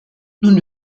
nun